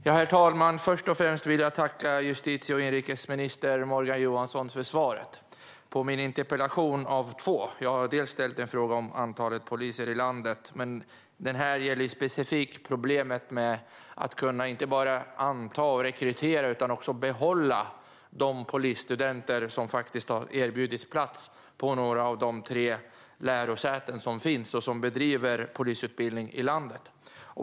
Herr talman! Först och främst vill jag tacka justitie och inrikesminister Morgan Johansson för svaret på min första interpellation av två. Jag har ställt en fråga om antalet poliser i landet, men den här frågan gäller specifikt problemet med att kunna inte bara rekrytera och anta utan också behålla de polisstudenter som faktiskt har erbjudits plats på några av de tre lärosäten i landet som bedriver polisutbildning.